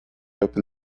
open